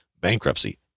bankruptcy